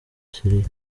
syria